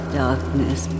darkness